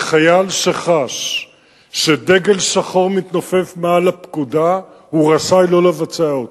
שחייל שחש שדגל שחור מתנופף מעל הפקודה רשאי שלא לבצע אותה.